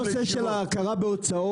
כל הנושא של הכרה בהוצאות,